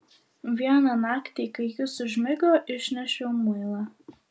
vieną naktį kai jis užmigo išnešiau muilą